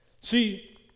See